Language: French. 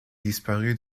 disparu